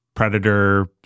predator